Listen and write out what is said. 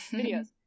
videos